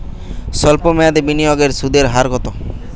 সল্প মেয়াদি বিনিয়োগের সুদের হার কত?